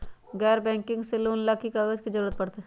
गैर बैंकिंग से लोन ला की की कागज के जरूरत पड़तै?